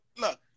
look